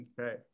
okay